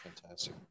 Fantastic